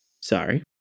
Sorry